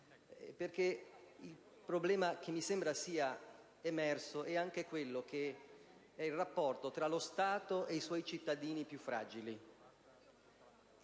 il problema che mi sembra sia emerso concerne il rapporto tra lo Stato e i suoi cittadini più fragili.